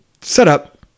setup